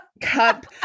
cup